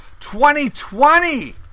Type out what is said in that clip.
2020